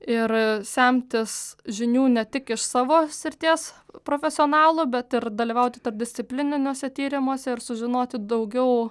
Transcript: ir semtis žinių ne tik iš savo srities profesionalų bet ir dalyvauti tarpdisciplininiuose tyrimuose ir sužinoti daugiau